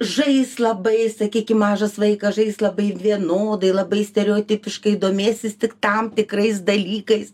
žais labai sakykim mažas vaikas žais labai vienodai labai stereotipiškai domėsis tik tam tikrais dalykais